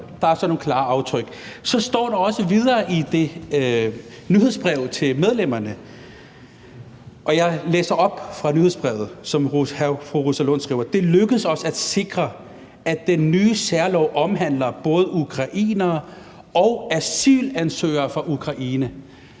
bare sådan nogle klare aftryk. Så står der også videre i nyhedsbrevet til medlemmerne, og jeg læser op fra nyhedsbrevet, hvor fru Rosa Lund skriver: Det er lykkedes os at sikre, at den nye særlov omhandler både ukrainere og asylansøgere fra Ukraine.